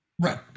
Right